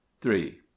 three